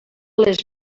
les